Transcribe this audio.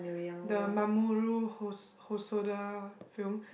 the Mamoru-Hos~ Hosoda film